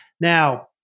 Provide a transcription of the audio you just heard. Now